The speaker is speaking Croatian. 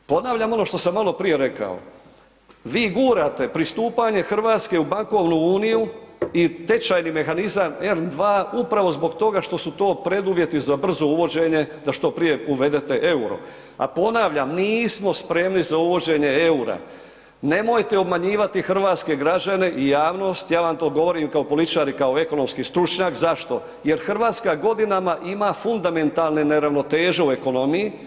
Ponavljam ono što sam maloprije rekao, vi gurate pristupanje Hrvatske u bankovnu uniju i tečajni mehanizam ERM II u pravo zbog toga što su to preduvjeti za brzo uvođenje, da što prije uvedete euro a ponavljam, nismo spremni za uvođenje eura, nemojte obmanjivati hrvatske građane i javnost, ja vam to govorim kao političar i kao ekonomski stručnjak, zašto, jer Hrvatska godinama ima fundamentalne neravnoteže u ekonomiji.